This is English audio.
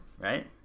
Right